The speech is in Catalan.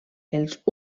els